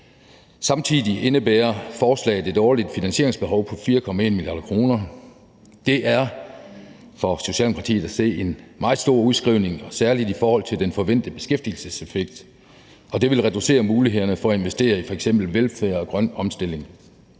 Samtidig indebærer forslaget et årligt finansieringsbehov på 4,1 mia. kr. Det er for Socialdemokratiet at se en meget stor udskrivning og særlig i forhold til den forventede beskæftigelseseffekt, og det vil reducere mulighederne for at investere i f.eks. velfærd og grøn omstilling.